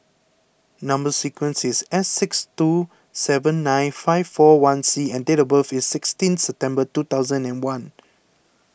Number Sequence is S six two seven nine five four one C and date of birth is sixteen September two thousand and one